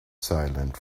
silent